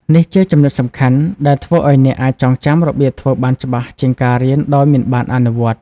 នេះជាចំណុចសំខាន់ដែលធ្វើឲ្យអ្នកអាចចងចាំរបៀបធ្វើបានច្បាស់ជាងការរៀនដោយមិនបានអនុវត្ត ។